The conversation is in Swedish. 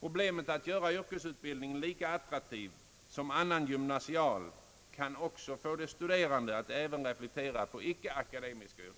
Problemet att göra yrkesutbildningen lika attraktiv som annan gymnasial utbildning kan kanske få de studerande att även reflektera på icke akademiska yrken.